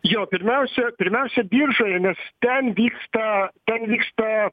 jo pirmiausia pirmiausia biržoje nes ten vyksta ten vyksta